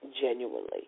genuinely